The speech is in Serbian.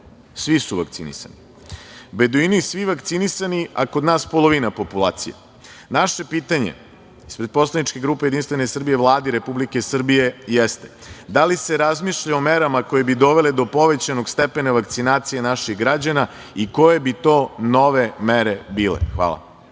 svi su vakcinisani. Beduini svi vakcinisani, a kod nas polovina populacije. Naše pitanje, ispred poslaničke grupe JS, Vladi Republike Srbije jeste – da li se razmišlja o merama koje bi dovele do povećanog stepena vakcinacije naših građana i koje bi to nove mere bile? Hvala.